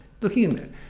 Looking